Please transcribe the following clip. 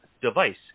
device